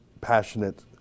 passionate